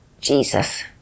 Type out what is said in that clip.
Jesus